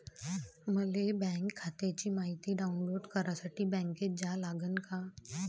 मले बँक खात्याची मायती डाऊनलोड करासाठी बँकेत जा लागन का?